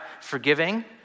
forgiving